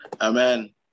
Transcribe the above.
Amen